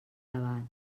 debat